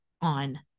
on